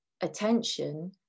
attention